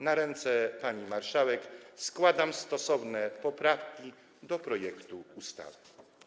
Na ręce pani marszałek składam stosowne poprawki do projektu ustawy.